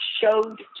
showed